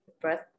breath